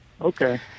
Okay